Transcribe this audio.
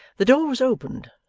the door was opened,